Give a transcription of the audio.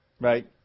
Right